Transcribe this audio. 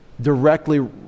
directly